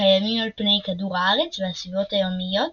הקיימים על פני כדור הארץ והסביבות הימיות